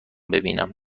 ببینم